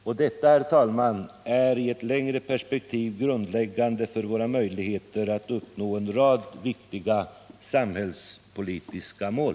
Och detta, herr talman, är i ett längre perspektiv grundläggande för våra möjligheter att uppnå en rad viktiga samhällspolitiska mål.